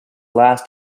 last